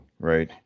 right